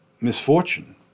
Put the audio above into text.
misfortune